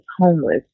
homeless